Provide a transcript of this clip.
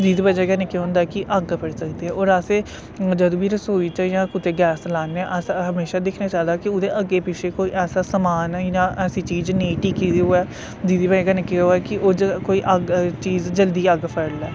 जेह्दी वजह कन्नै केह् होंदा कि अग्ग फड़ी सकदी ऐ और अस जदूं बी रसोई च जां कुते गैस लान्ने आं असें हमेशा दिक्खना चाहिदा कि उदे अग्गे पिच्छे कोई ऐसा समान जां ऐसी चीज नेई टिकी दी होवे जिदी वजह कन्नै केह् होवे कि ओह् जो अग्ग चीज जल्दी अग्ग फड़ी लै